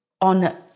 on